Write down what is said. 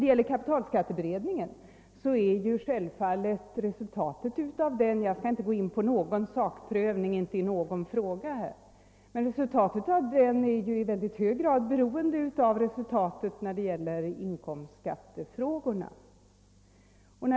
Beträffande kapitalskatteberedningen är självfallet resultatet av denna — jag skall inte i någon fråga ingå på en sakprövning — i mycket hög grad beroende av resultatet beträffande inkomstskattefrågorna.